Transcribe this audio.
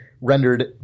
rendered